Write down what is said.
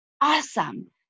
Awesome